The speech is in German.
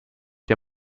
der